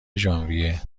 ژانویه